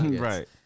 right